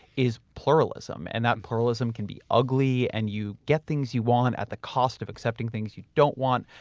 is pluralism and that pluralism can be ugly and you get things you want at the cost of accepting things you don't want,